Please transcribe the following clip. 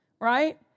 right